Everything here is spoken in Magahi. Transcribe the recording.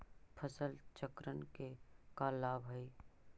फसल चक्रण के का लाभ हई?